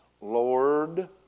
Lord